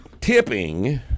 Tipping